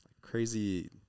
crazy